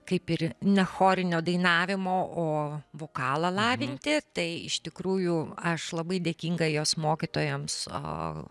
kaip ir ne chorinio dainavimo o vokalą lavinti tai iš tikrųjų aš labai dėkinga jos mokytojams o